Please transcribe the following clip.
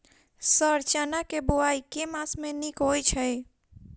Sir चना केँ बोवाई केँ मास मे नीक होइ छैय?